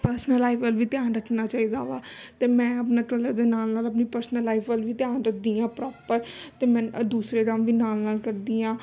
personal life ਵੱਲ ਵੀ ਧਿਆਨ ਰੱਖਣਾ ਚਾਹੀਦਾ ਵਾ ਅਤੇ ਮੈਂ ਆਪਣਾ ਕਲਾ ਦੇ ਨਾਲ ਨਾਲ ਆਪਣੀ ਪਰਸਨਲ ਲਾਈਫ ਵੱਲ ਵੀ ਧਿਆਨ ਰੱਖਦੀ ਹਾਂ ਪ੍ਰੋਪਰ ਅਤੇ ਮ ਦੂਸਰੇ ਕੰਮ ਵੀ ਨਾਲ ਨਾਲ ਕਰਦੀ ਹਾਂ